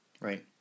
Right